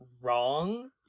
wrong